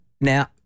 Now